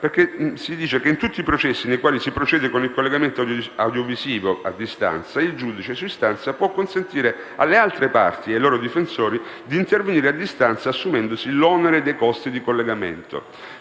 difesa. Si dice che in tutti i processi nei quali si procede con il collegamento audiovisivo a distanza, il giudice, su istanza, può consentire alle altri parti e ai loro difensori di intervenire a distanza assumendosi l'onere dei costi del collegamento.